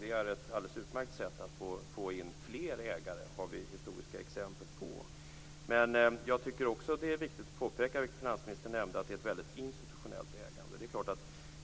Det är ett alldeles utmärkt sätt att få in fler ägare. Det har vi historiska exempel på. Men jag tycker också att det är viktigt att påpeka, vilket finansministern nämnde, att det är ett väldigt institutionellt ägande.